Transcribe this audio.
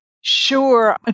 Sure